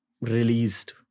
released